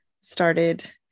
started